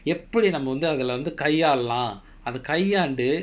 எப்படி வந்து நாம வந்து கையாளலாம் அதை கையாண்டு:eppadi vanthu naama vanthu kaiyaalalaam athai kaiyaandu